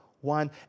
one